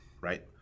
right